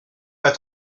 pas